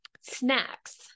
Snacks